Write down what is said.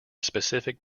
specific